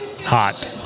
Hot